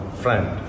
friend